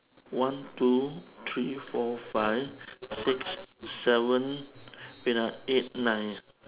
one two three four five six seven wait ah eight nine